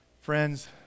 Friends